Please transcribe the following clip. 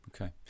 Okay